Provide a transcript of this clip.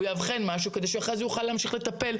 הוא יאבחן משהו כדי שאחרי זה הוא יוכל להמשיך לטפל.